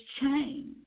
change